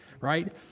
right